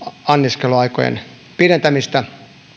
anniskeluaikojen pidentämistä